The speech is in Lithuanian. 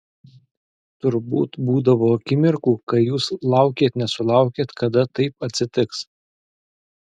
turbūt būdavo akimirkų kai jūs laukėt nesulaukėt kada taip atsitiks